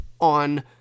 on